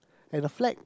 and a flag